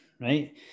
right